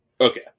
okay